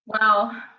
Wow